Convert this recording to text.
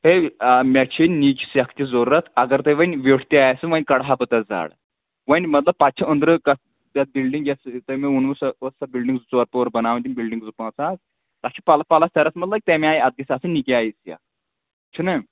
ہے مےٚ چھِ نٮ۪چ سیٚکھ تہِ ضروٗرَت اگر تۄہہِ وۄنۍ ویٚٹھ تہِ آسوُ وۄنۍ کَڑٕ ہا بہٕ تَتھ زَڈ وۄنۍ مطلب پَتہٕ چھِ أنٛدرٕ کَ یَتھ بِلڈِنٛگ یَسہٕ یُس تۄہہِ مےٚ ووٚنوُ سۄ ٲس سۄ بِلڈِنٛگ زٕ ژور پور بَناوٕنۍ بِلڈِنٛگ زٕ پانٛژھ حظ تَتھ چھِ پَل پَلَسترَس ما لَگہِ تَمہِ آے اَتھ گژھِ آسٕنۍ نِکہِ آے سیٚکھ چھُنہ